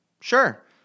Sure